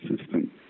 system